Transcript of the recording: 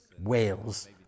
Wales